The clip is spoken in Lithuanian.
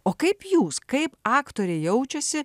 o kaip jūs kaip aktoriai jaučiasi